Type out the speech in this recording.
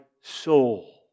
soul